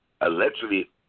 allegedly